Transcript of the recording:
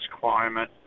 climate